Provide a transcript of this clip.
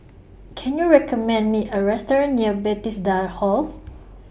Can YOU recommend Me A Restaurant near Bethesda Hall